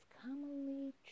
commonly